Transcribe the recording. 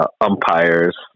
umpires